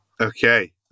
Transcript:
Okay